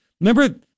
remember